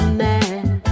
man